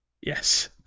Yes